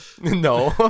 No